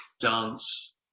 dance